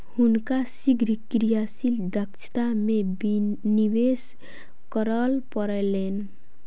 हुनका शीघ्र क्रियाशील दक्षता में निवेश करअ पड़लैन